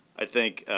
i think